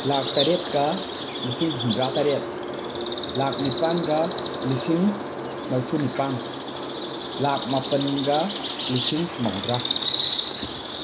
ꯂꯥꯈ ꯇꯔꯦꯠꯀ ꯂꯤꯁꯤꯡ ꯍꯨꯝꯗ꯭ꯔꯥꯇꯔꯦꯠ ꯂꯥꯈ ꯅꯤꯄꯥꯟꯒ ꯂꯤꯁꯤꯡ ꯃꯔꯤꯐꯨꯅꯤꯄꯥꯟ ꯂꯥꯈ ꯃꯥꯄꯟꯒ ꯂꯤꯁꯤꯡ ꯃꯧꯗ꯭ꯔꯥ